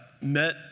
met